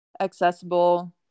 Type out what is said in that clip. accessible